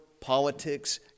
politics